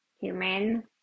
human